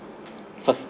first